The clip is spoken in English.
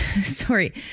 sorry